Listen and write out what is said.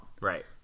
Right